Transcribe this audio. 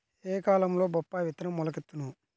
ఏ కాలంలో బొప్పాయి విత్తనం మొలకెత్తును?